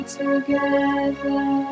together